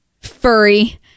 furry